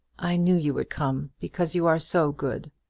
i knew you would come, because you are so good.